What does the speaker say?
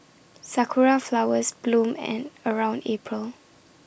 Sakura Flowers bloom and around April